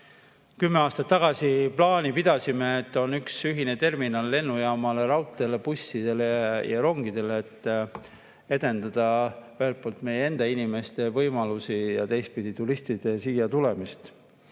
kümme aastat tagasi plaani pidasime, et on üks ühine terminal lennukitele, bussidele ja rongidele, et edendada ühelt poolt meie enda inimeste võimalusi ja teistpidi turistide siia tulemist.